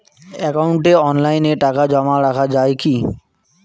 একাউন্টে অনলাইনে টাকা জমা রাখা য়ায় কি?